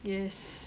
yes